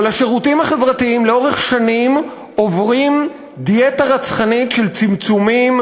אבל השירותים החברתיים לאורך שנים עוברים דיאטה רצחנית של צמצומים